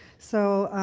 so,